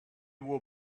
will